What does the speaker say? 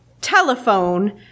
telephone